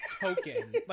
token